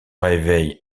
réveille